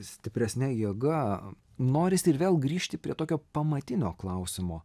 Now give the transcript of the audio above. stipresne jėga norisi ir vėl grįžti prie tokio pamatinio klausimo